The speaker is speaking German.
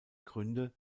gründe